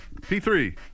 P3